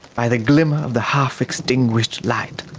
by the glimmer of the half-extinguished light,